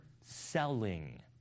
selling